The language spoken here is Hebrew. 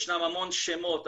ישנם המון שמות,